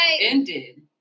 ended